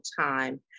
time